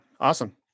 awesome